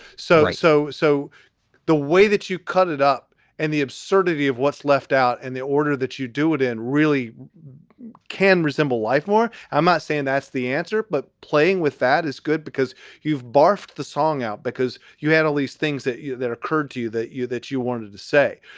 so. so. so the way that you cut it up and the absurdity of what's left out in and the order that you do it in really can resemble life more. i'm not saying that's the answer, but playing with that is good because you've barfed the song out because you had all these things that that occurred to you that you that you wanted to say.